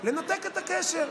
לנתק את הקשר,